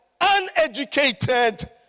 uneducated